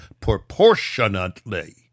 proportionately